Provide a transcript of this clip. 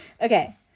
Okay